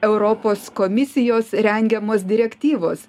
europos komisijos rengiamos direktyvos